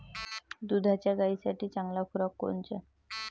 दुधाच्या गायीसाठी चांगला खुराक कोनचा?